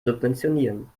subventionieren